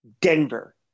Denver